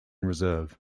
reserve